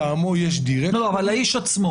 אבל האיש עצמו